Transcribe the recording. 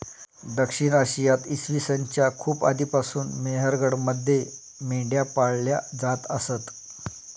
दक्षिण आशियात इसवी सन च्या खूप आधीपासून मेहरगडमध्ये मेंढ्या पाळल्या जात असत